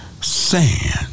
sand